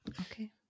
Okay